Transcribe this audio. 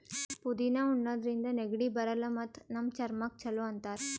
ಪುದಿನಾ ಉಣಾದ್ರಿನ್ದ ನೆಗಡಿ ಬರಲ್ಲ್ ಮತ್ತ್ ನಮ್ ಚರ್ಮಕ್ಕ್ ಛಲೋ ಅಂತಾರ್